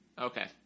Okay